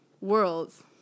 worlds